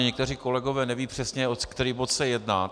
Někteří kolegové nevědí přesně, o který bod se jedná.